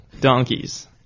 Donkeys